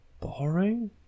boring